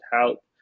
help